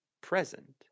present